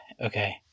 Okay